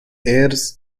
airs